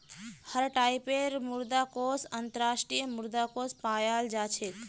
हर टाइपेर मुद्रा कोष अन्तर्राष्ट्रीय मुद्रा कोष पायाल जा छेक